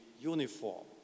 uniform